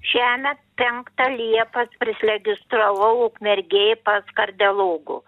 šiemet penktą liepos prisregistravau ukmergėj pas kardiologu